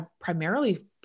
primarily